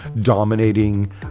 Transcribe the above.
dominating